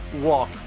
walk